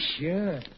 sure